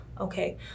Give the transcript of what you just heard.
okay